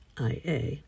IA